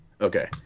Okay